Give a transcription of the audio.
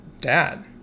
dad